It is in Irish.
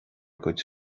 gcuid